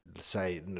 Say